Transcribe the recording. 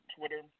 Twitter